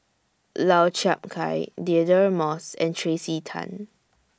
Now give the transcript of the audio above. Lau Chiap Khai Deirdre Moss and Tracey Tan